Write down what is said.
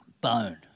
bone